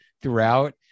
throughout